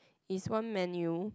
is one menu